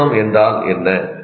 ' நிறுவனம் என்றால் என்ன